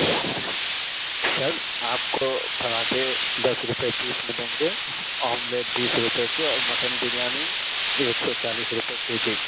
سر آپ کو پراٹھے دس روپے پیس ملیں گے آملیٹ بیس روپے کے اور مٹن بریانی ایک سو چالیس روپے کے جی